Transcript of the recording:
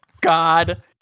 God